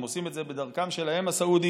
הם עושים את זה בדרכם שלהם, הסעודים,